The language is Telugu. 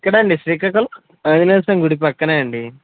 ఇక్కడే అండి శ్రీకాకుళం ఆంజనేయస్వామి గుడి పక్కనే అండి